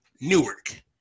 Newark